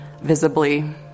visibly